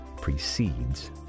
precedes